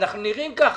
אנחנו נראים ככה.